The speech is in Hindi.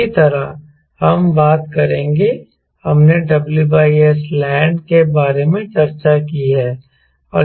इसी तरह हम बात करेंगे हमने WSLand के बारे में चर्चा की है